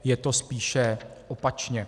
Je to spíše opačně.